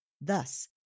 Thus